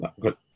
Good